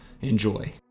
enjoy